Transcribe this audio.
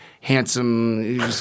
handsome